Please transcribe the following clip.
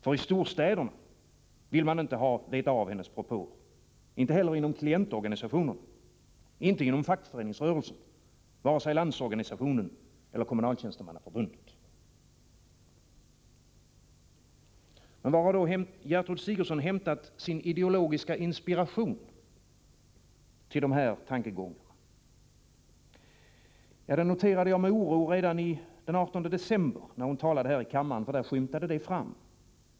För i storstäderna vill man inte veta av hennes propåer, inte heller inom klientorganisationerna, inte inom fackföreningsrörelsen, varken inom Landsorganisationen eller Kommunaltjänstemannaförbundet. Men var har då Gertrud Sigurdsen hämtat sin ideologiska inspiration till de här tankegångarna? Det noterade jag med oro redan den 18 december när hon talade här i kammaren, då skymtade det fram.